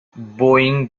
boeing